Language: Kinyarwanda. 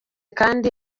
kandi